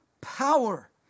power